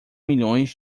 milhões